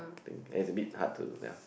bit as a bit hard to sia